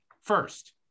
first